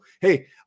Hey